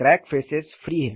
crack faces free है